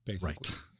Right